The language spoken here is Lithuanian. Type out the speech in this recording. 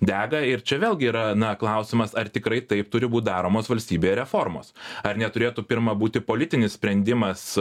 dega ir čia vėlgi yra na klausimas ar tikrai taip turi būt daromos valstybėj reformos ar neturėtų pirma būti politinis sprendimas